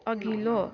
अघिल्लो